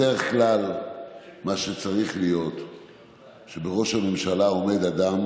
בדרך כלל מה שצריך להיות זה שבראש הממשלה עומד אדם